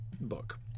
book